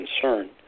concern